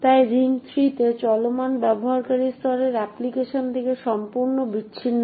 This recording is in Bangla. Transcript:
তাই এটি রিং থ্রিতে চলমান ব্যবহারকারী স্তরের অ্যাপ্লিকেশন থেকে সম্পূর্ণ বিচ্ছিন্ন